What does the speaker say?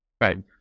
Right